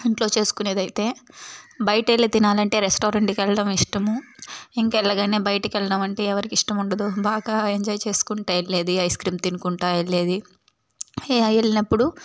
ఇంట్లో చేసుకునేదైతే బయటెళ్ళి తినాలంటే రెస్టారెంట్కి వెళ్ళడం ఇష్టము ఇంకేళ్ళగానే బయటికి వెళ్లడం అంటే ఎవరికి ఇష్టం ఉండదు బాగా ఎంజాయ్ చేసుకుంటూ వెళ్ళేది ఐస్క్రీమ్ తినుకుంటూ వెళ్ళేది వెళ్ళినప్పుడు